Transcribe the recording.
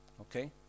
Okay